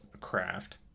craft